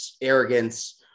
arrogance